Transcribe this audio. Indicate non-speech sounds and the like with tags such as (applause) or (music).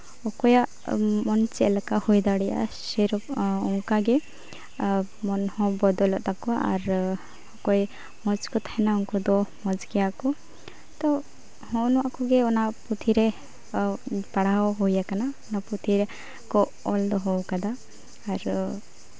ᱚᱠᱚᱭᱟᱜ ᱢᱚᱱ ᱪᱮᱫ ᱞᱮᱠᱟ ᱦᱩᱭ ᱫᱟᱲᱮᱭᱟᱜᱼᱟ (unintelligible) ᱚᱱᱠᱟᱜᱮ ᱢᱚᱱ ᱦᱚᱸ ᱵᱚᱫᱚᱞᱚᱜ ᱛᱟᱠᱚᱣᱟ ᱟᱨ ᱚᱠᱚᱭ ᱢᱚᱡᱽ ᱠᱚ ᱛᱟᱦᱮᱱᱟ ᱩᱱᱠᱩ ᱫᱚ ᱢᱚᱡᱽ ᱜᱮᱭᱟᱠᱚ ᱛᱳ ᱦᱚᱸᱜᱱᱟ ᱠᱚᱜᱮ ᱚᱱᱟ ᱯᱩᱛᱷᱤ ᱨᱮ ᱯᱟᱲᱦᱟᱣ ᱦᱩᱭᱟᱠᱟᱱᱟ ᱚᱱᱟ ᱯᱩᱛᱷᱤ ᱨᱮᱠᱚ ᱚᱞ ᱫᱚᱦᱚ ᱟᱠᱟᱫᱟ ᱟᱨ